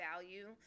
value